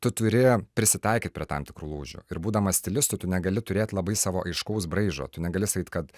tu turi prisitaikyti prie tam tikrų lūžių ir būdamas stilistu tu negali turėt labai savo aiškaus braižo tu negali sakyt kad